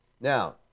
Now